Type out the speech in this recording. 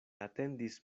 atendis